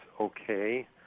okay